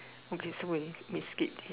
okay so we skip this